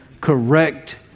Correct